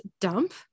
Dump